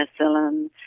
penicillin